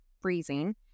freezing